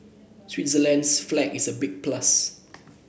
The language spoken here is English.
Switzerland's flag is a big plus